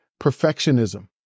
perfectionism